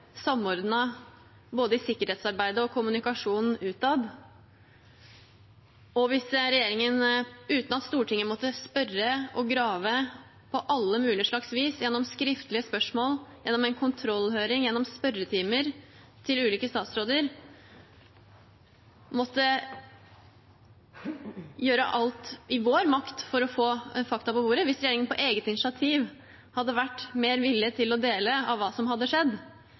i både sikkerhetsarbeidet og kommunikasjonen utad. Hvis regjeringen uten at Stortinget måtte spørre og grave på alle mulige slags vis, gjennom skriftlige spørsmål, gjennom en kontrollhøring, gjennom spørretimer til ulike statsråder og måtte gjøre alt i vår makt for å få fakta på bordet, på eget initiativ hadde vært mer villige til å dele av hva som hadde skjedd,